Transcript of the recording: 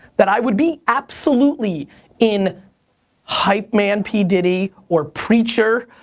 that i would be absolutely in hype-man p. diddy or preacher.